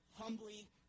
humbly